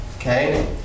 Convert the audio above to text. Okay